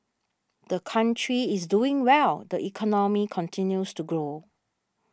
the country is doing well the economy continues to grow